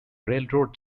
railroad